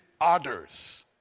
others